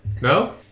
No